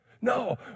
No